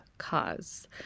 cause